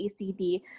ACB